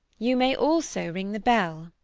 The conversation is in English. you may also ring the bell.